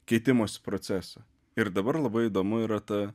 keitimosi procesą ir dabar labai įdomu yra ta